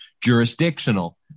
jurisdictional